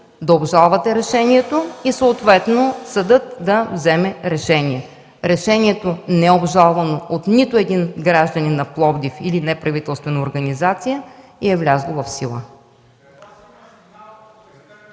да обжалвате решението и съответно съдът да вземе решение. Решението не е обжалвано от нито един гражданин на Пловдив или неправителствена организация и е влязло в сила.